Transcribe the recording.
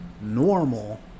normal